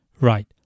Right